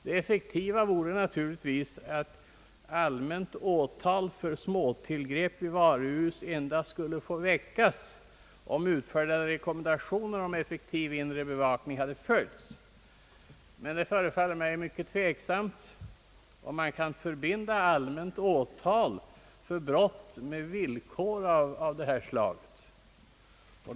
Det effektiva vore naturligtvis att allmänt åtal för småtillgrepp i varuhus endast skulle få väckas, om utfärdade rekommendationer om effektiv inre bevakning hade följts. Dock förefaller det mig mycket tveksamt om man kan förbinda = allmänt åtal för brott med villkor av detta slag.